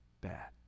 bad